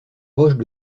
roches